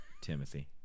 timothy